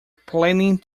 planning